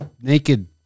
naked